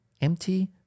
empty